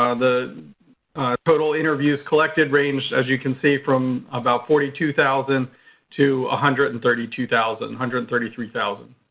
ah the total interviews collected range as you can see from about forty two thousand to one hundred and thirty two thousand hundred and thirty three thousand.